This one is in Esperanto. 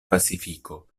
pacifiko